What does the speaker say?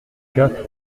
quatre